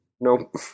nope